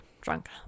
drunk